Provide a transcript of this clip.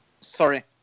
Sorry